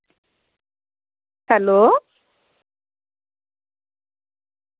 hello